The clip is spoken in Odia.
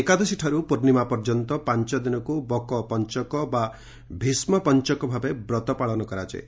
ଏକାଦଶୀଠାରୁ ପୂର୍ଶିମା ପର୍ଯ୍ୟନ୍ତ ପାଞ୍ଚଦିନକୁ ବକ ପଞ୍ଚକ ବା ଭୀଷ୍କପଞ୍ଟକ ଭାବେ ବ୍ରତ ପାଳନ କରାଯାଏ